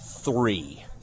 three